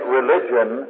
religion